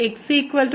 x r